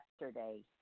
yesterday